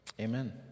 Amen